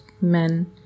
men